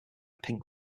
pink